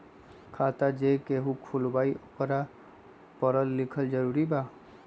खाता जे केहु खुलवाई ओकरा परल लिखल जरूरी वा?